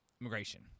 immigration